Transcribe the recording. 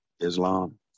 Islam